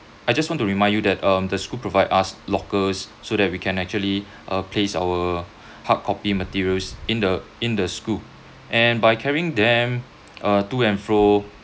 I just want to remind you that um the school provide us lockers so that we can actually uh place our hardcopy materials in the in the school and by carrying them uh to and fro